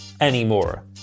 anymore